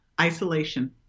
Isolation